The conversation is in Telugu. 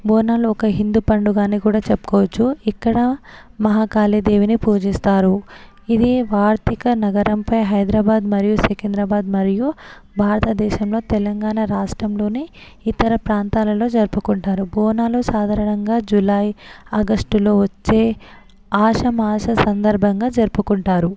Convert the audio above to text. బోనాలు ఒక హిందూ పండుగ అని కూడా చెప్పుకోవచ్చు ఇక్కడ మహాకాళి దేవుని పూజిస్తారు ఇది వార్థిక నగరంపై హైదరాబాద్ మరియు సికింద్రాబాద్ మరియు భారతదేశంలో తెలంగాణ రాష్ట్రంలోనే ఇతర ప్రాంతాలలో జరుపుకుంటారు బోనాలు సాధారణంగా జూలై ఆగస్టులో వచ్చే ఆష మాస సందర్భంగా జరుపుకుంటారు